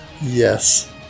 Yes